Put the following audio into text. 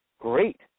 great